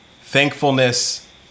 thankfulness